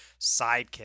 sidekick